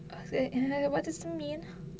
what that what does it mean